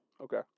Okay